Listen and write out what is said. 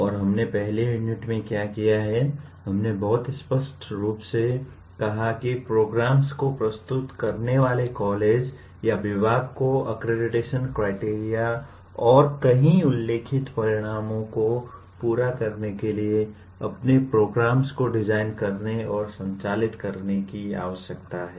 और हमने पहली यूनिट में क्या किया है हमने बहुत स्पष्ट रूप से कहा कि प्रोग्राम्स को प्रस्तुत करने वाले कॉलेज या विभाग को अक्रेडिटेशन क्राइटेरिया और कई उल्लिखित परिणामों को पूरा करने के लिए अपने प्रोग्राम्स को डिजाइन करने और संचालित करने की आवश्यकता है